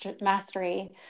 mastery